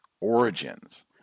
origins